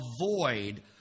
avoid